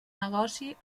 negoci